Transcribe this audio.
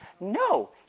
No